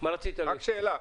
--- רק שאלה,